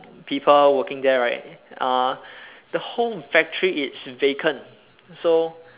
people working there right uh the whole factory it's vacant so